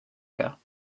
cas